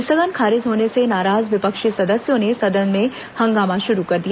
स्थगन खारिज होने से नाराज विपक्षी सदस्यों ने सदन में हंगामा शुरू कर दिया